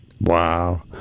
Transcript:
wow